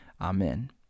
Amen